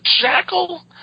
Jackal